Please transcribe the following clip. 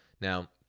Now